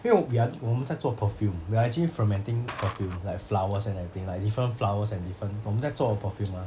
因为 we are 我们在做 perfume we are actually fermenting perfume like flowers and everything like different flowers and different 我们在做 perfume 吗